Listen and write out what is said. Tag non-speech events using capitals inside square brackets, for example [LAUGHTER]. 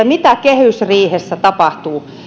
[UNINTELLIGIBLE] mitä kehysriihessä tapahtuu